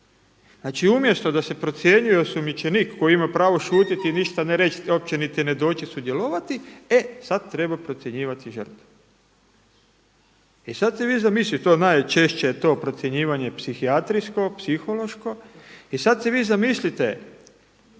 Znači umjesto da se procjenjuje osumnjičenik koji ima pravo šutjeti i ništa ne reći, uopće niti ne doći sudjelovati a sada treba procjenjivati žrtve. I sada si vi zamislite, to najčešće je to procjenjivanje psihijatrijsko, psihološko i sada si vi zamislite